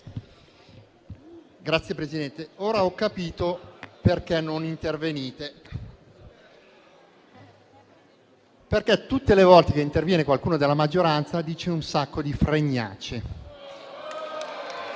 Signor Presidente, ora ho capito perché non intervenite: perché tutte le volte che interviene qualcuno della maggioranza dice un sacco di fregnacce.